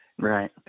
Right